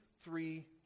three